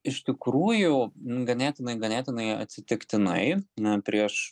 iš tikrųjų ganėtinai ganėtinai atsitiktinai na prieš